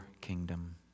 kingdom